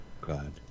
god